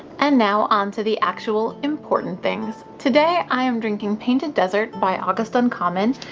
and now on to the actual important things. today i'm drinking painted desert by august uncommon.